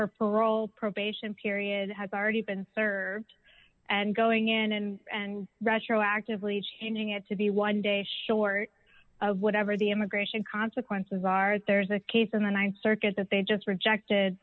her parole probation period had already been served and going in and and russia actively changing it to be one day short of whatever the immigration consequences are there's a case in the th circuit that they just rejected